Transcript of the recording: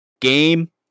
game